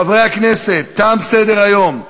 חברי הכנסת, תם סדר-היום.